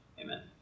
Amen